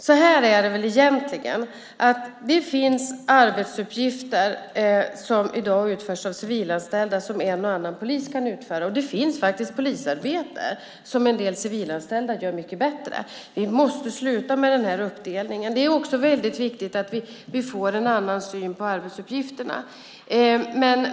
Så här är det egentligen: Det finns arbetsuppgifter som i dag utförs av civilanställda som en och annan polis kan utföra. Och det finns faktiskt polisarbete som en del civilanställda gör mycket bättre. Vi måste sluta med den här uppdelningen. Det är viktigt att vi får en annan syn på arbetsuppgifterna.